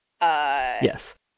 Yes